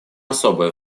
особое